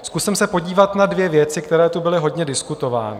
Zkusím se podívat na dvě věci, které tu byly hodně diskutovány.